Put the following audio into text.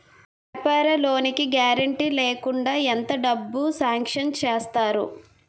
వ్యాపార లోన్ కి గారంటే లేకుండా ఎంత డబ్బులు సాంక్షన్ చేస్తారు?